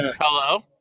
hello